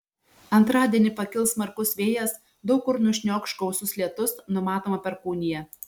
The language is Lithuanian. antradienį pakils smarkus vėjas daug kur nušniokš gausus lietus numatoma perkūnija